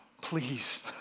Please